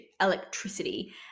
electricity